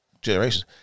generations